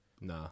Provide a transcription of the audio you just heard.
Nah